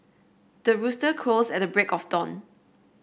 the rooster crows at the break of dawn